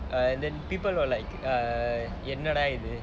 err and then people are like err